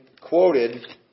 quoted